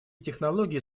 технологии